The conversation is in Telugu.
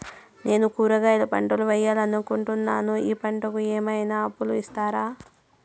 నేను కూరగాయల పంటలు వేయాలనుకుంటున్నాను, ఈ పంటలకు ఏమన్నా అప్పు ఇస్తారా?